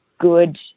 good